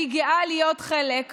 אני גאה שיש לי חלק